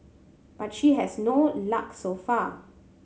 but she has no luck so far